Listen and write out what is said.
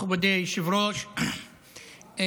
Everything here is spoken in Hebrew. מכובדי היושב-ראש,